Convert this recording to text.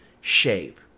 shape